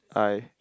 I